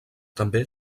també